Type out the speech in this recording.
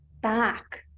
back